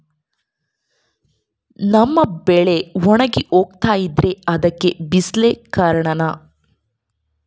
ನಮ್ಮ ಬೆಳೆ ಒಣಗಿ ಹೋಗ್ತಿದ್ರ ಅದ್ಕೆ ಬಿಸಿಲೆ ಕಾರಣನ?